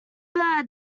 bird